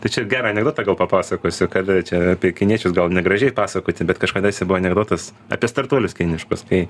tai čia gerą anekdotą gal papasakosiu kada čia apie kiniečius gal negražiai pasakoti bet kažkadaise bo anekdotas apie startuolius kiniškus kai